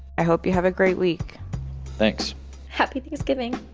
i hope you have a great week thanks happy thanksgiving